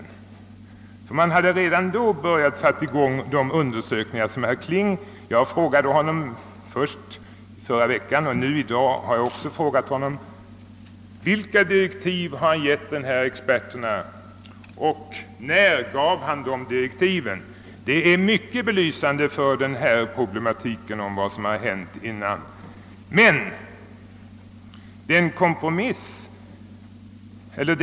Man hade redan satt i gång vissa undersökningar. Jag frågade herr Kling förra veckan och jag har frågat honom i dag vilka direktiv han givit experterna och när han lämnat dessa direktiv. Svaret på den frågan skulle vara mycket belysande för ansvarsfördelningen.